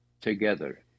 together